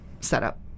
setup